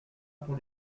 pour